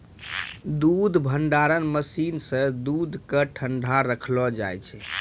दूध भंडारण मसीन सें दूध क ठंडा रखलो जाय छै